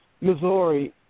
Missouri